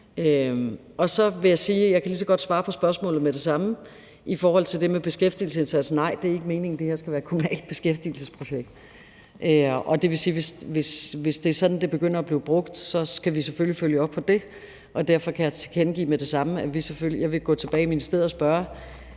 Og så vil jeg sige, at jeg lige så godt kan svare på spørgsmålet om det med beskæftigelsesindsatsen med det samme: Nej, det er ikke meningen, det her skal være et kommunalt beskæftigelsesprojekt. Og det vil sige, at hvis det er sådan, det begynder at blive brugt, skal vi selvfølgelig følge op på det. Derfor kan jeg med det samme tilkendegive, at jeg selvfølgelig vil gå tilbage i ministeriet og spørge